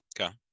Okay